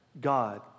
God